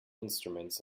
instruments